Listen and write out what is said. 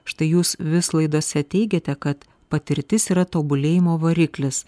štai jūs vis laidose teigiate kad patirtis yra tobulėjimo variklis